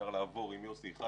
אפשר לעבור עם יוסי על